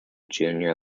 junior